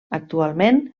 actualment